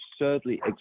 absurdly